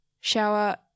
shower